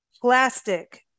Plastic